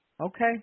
Okay